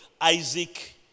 Isaac